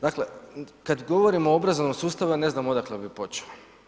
Dakle, kad govorimo o obrazovnom sustavu, ja ne znam odakle bih počeo.